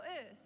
earth